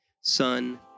Son